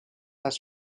has